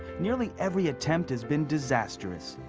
nearly every attempt has been disastrous.